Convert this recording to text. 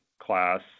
class